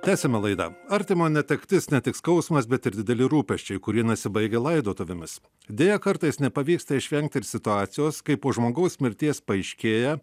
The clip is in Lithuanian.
tęsiame laidą artimo netektis ne tik skausmas bet ir dideli rūpesčiai kurie nesibaigia laidotuvėmis deja kartais nepavyksta išvengti ir situacijos kai po žmogaus mirties paaiškėja